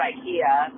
Ikea